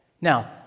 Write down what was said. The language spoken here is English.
Now